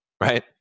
right